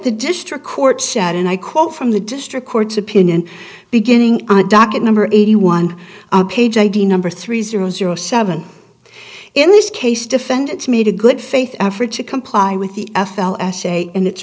the district court shot and i quote from the district court's opinion beginning on the docket number eighty one page id number three zero zero seven in this case defendants made a good faith effort to comply with the f l s a and it